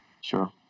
Sure